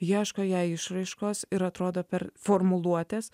ieško jai išraiškos ir atrodo per formuluotes